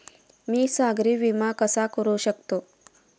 मी सागरी विमा कसा करू शकतो?